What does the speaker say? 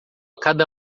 cada